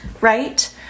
right